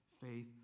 faith